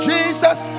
Jesus